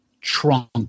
Trunk